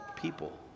people